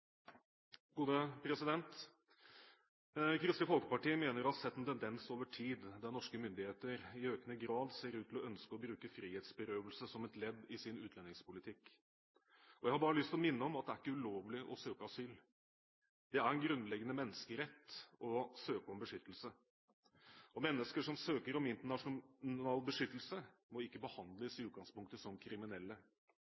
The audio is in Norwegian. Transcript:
Kristelig Folkeparti mener å ha sett en tendens over tid der norske myndigheter i økende grad ser ut til å ønske å bruke frihetsberøvelse som et ledd i sin utlendingspolitikk. Jeg har bare lyst til å minne om at det ikke er ulovlig å søke asyl. Det er en grunnleggende menneskerett å søke om beskyttelse. Mennesker som søker om internasjonal beskyttelse, må i utgangspunktet ikke behandles som kriminelle. Blant dem som i dag får avslag på sin asylsøknad i